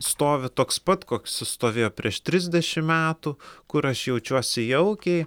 stovi toks pat koks jis stovėjo prieš trisdešimt metų kur aš jaučiuosi jaukiai